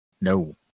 No